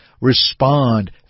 respond